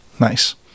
nice